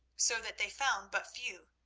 so that they found but few,